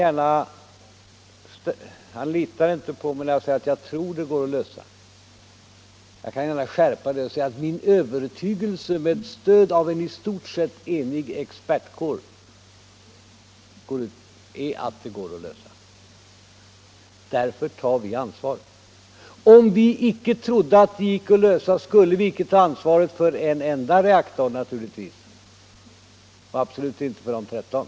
Herr Fälldin litar inte på mig, när jag säger att jag tror att den går att lösa, men jag kan skärpa uttrycket och säga att min övertygelse med stöd av en i stort sett enig expertkår är att den går att lösa. Därför tar vi ansvaret. Om vi icke trodde att avfallsfrågan gick att lösa, skulle vi naturligtvis icke ta ansvaret för en enda reaktor och absolut inte för de 13.